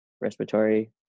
respiratory